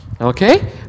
okay